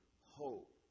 hope